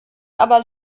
aber